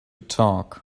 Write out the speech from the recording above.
talk